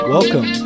Welcome